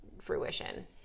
fruition